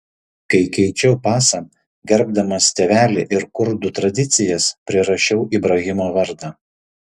kai keičiau pasą gerbdamas tėvelį ir kurdų tradicijas prirašiau ibrahimo vardą